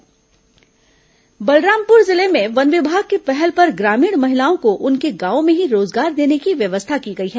बलरामपुर महिला रोजगार बलरामपुर जिले में वन विभाग की पहल पर ग्रामीण महिलाओं को उनके गांवों में ही रोजगार देने की व्यवस्था की गई है